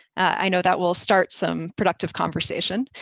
i know that will start some productive conversation.